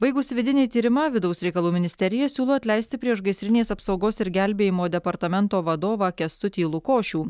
baigus vidinį tyrimą vidaus reikalų ministerija siūlo atleisti priešgaisrinės apsaugos ir gelbėjimo departamento vadovą kęstutį lukošių